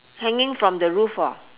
hanging from the roof orh